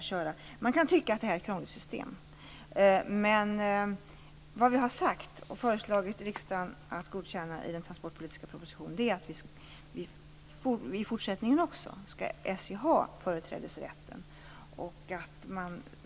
Visst kan man tycka att det här är ett krångligt system. Vad vi har sagt - och föreslagit riksdagen att godkänna i den transportpolitiska propositionen - är dock att SJ också i fortsättningen skall ha företrädesrätt.